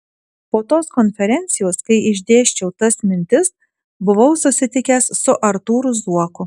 po tos konferencijos kai išdėsčiau tas mintis buvau susitikęs su artūru zuoku